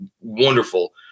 wonderful